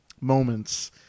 moments